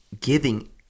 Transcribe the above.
giving